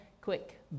quick